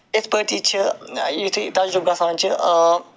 یِتھٕ پٲٹھی چھِ یِتھُے تجرُبہٕ گَژھان چھِ